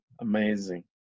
amazing